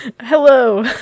Hello